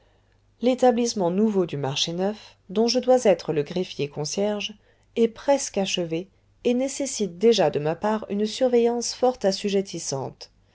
l'établissement nouveau du marché neuf dont je dois être le greffier concierge est presque achevé et nécessite déjà de ma part une surveillance fort